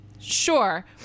sure